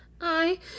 I